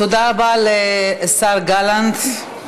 תודה רבה לשר גלנט.